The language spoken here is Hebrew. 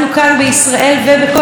אז חוק מקורות אנרגיה,